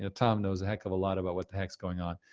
ah tom knows a heck of a lot about what the heck's going on.